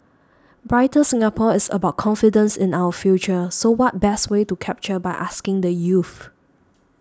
brighter Singapore is about confidence in our future so what best way to capture by asking the youth